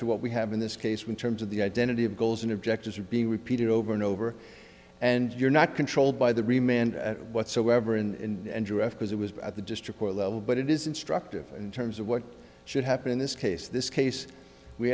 to what we have in this case when terms of the identity of goals and objectives are being repeated over and over and you're not controlled by the remained whatsoever in and direct because it was at the district court level but it is instructive in terms of what should happen in this case this case we